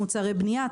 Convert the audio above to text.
מוצרי בנייה,